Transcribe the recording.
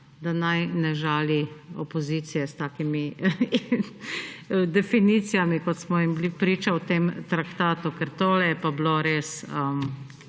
da naj ne žali opozicije s takimi definicijami, kot smo jim bili priča v tem traktatu, ker tole je pa bilo res